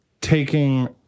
taking